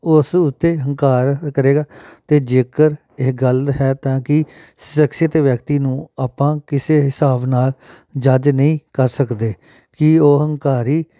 ਉਸ ਉੱਤੇ ਹੰਕਾਰ ਕਰੇਗਾ ਤੇ ਜੇਕਰ ਇਹ ਗੱਲ ਹੈ ਤਾਂ ਕੀ ਸਖਸ਼ੀਅਤ ਵਿਅਕਤੀ ਨੂੰ ਆਪਾਂ ਕਿਸੇ ਹਿਸਾਬ ਨਾਲ ਜੱਜ ਨਹੀਂ ਕਰ ਸਕਦੇ ਕਿ ਉਹ ਹੰਕਾਰੀ